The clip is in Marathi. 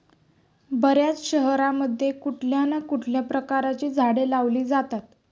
बर्याच शहरांमध्ये कुठल्या ना कुठल्या प्रकारची झाडे लावली जातात